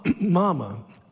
mama